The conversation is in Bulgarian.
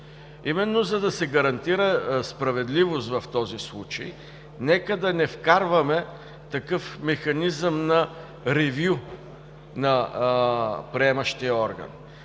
Именно за да се гарантира справедливост в този случай – нека да не вкарваме такъв механизъм на ревю на приемащия орган.